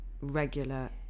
regular